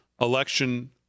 election